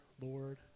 Lord